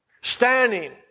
standing